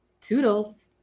Toodles